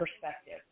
perspective